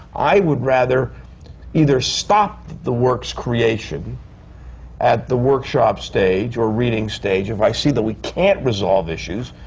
i would rather either stop the work's creation at the workshop stage or reading stage, if i see that we can't resolve issues,